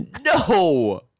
No